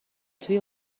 توی